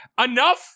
Enough